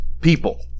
people